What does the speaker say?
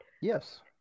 Yes